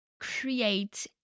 create